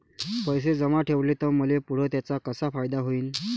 पैसे जमा ठेवले त मले पुढं त्याचा कसा फायदा होईन?